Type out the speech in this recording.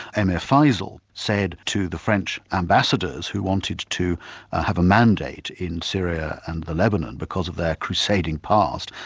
emir faisal said to the french ambassadors who wanted to have a mandate in syria and the lebanon because of their crusading past,